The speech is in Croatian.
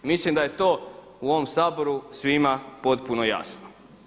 Mislim da je to u ovom Saboru svima potpuno jasno.